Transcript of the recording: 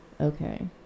Okay